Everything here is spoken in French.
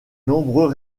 nombreux